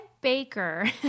Baker